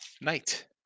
night